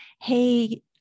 hey